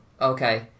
Okay